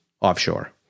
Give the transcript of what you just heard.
offshore